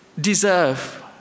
deserve